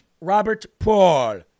Robert-Paul